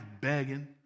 begging